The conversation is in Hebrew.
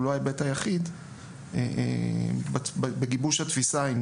אך הוא לא ההיבט היחיד בגיבוש התפיסה שקובעת